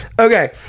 Okay